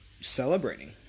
celebrating